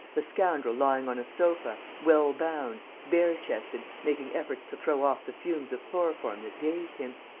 the scoundrel lying on a sofa, well bound, bare-chested, making efforts to throw off the fumes of chloroform that dazed him.